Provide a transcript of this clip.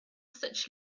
such